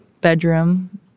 bedroom